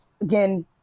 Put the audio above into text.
Again